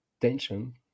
tension